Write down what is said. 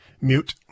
Mute